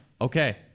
okay